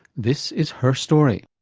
this is her story.